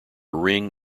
ring